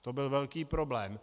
To byl velký problém.